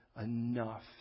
enough